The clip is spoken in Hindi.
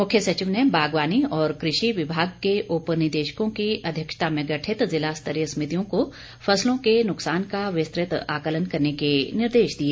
मुख्य सचिव ने बागवानी और कृषि विभाग के उप निदेशकों की अध्यक्षता में गठित जिला स्तरीय समितियों को फसलों के नुकसान का विस्तृत आकलन करने के निर्देश दिए